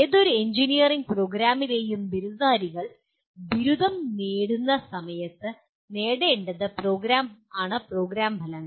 ഏതൊരു എഞ്ചിനീയറിംഗ് പ്രോഗ്രാമിലെയും ബിരുദധാരികൾ ബിരുദം നേടുന്ന സമയത്ത് നേടേണ്ടതാണ് പ്രോഗ്രാം ഫലങ്ങൾ